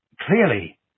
clearly